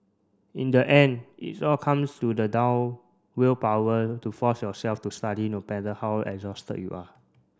in the end it all comes to the down willpower to force yourself to study no matter how exhausted you are